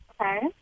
Okay